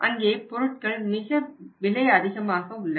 அங்கே பொருட்கள் விலை மிக அதிகமாக உள்ளன